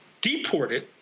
deported